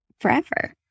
forever